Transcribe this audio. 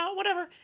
ah whatever.